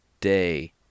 day